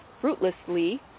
fruitlessly